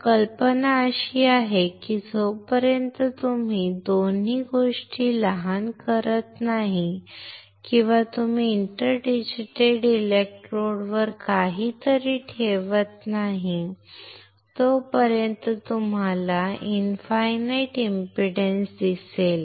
तर कल्पना अशी आहे की जोपर्यंत तुम्ही दोन्ही गोष्टी लहान करत नाही किंवा तुम्ही इंटर डिजीटेटेड इलेक्ट्रोड वर काहीतरी ठेवत नाही तोपर्यंत तुम्हाला इनफायनाईट इंपीडन्स दिसेल